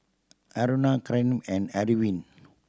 Aruna Kiran and add wind